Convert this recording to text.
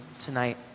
tonight